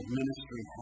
ministry